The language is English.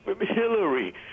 Hillary